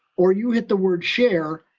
or you hit the word share,